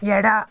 ಎಡ